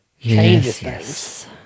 Changes